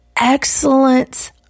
excellence